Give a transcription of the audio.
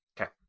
Okay